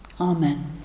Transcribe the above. Amen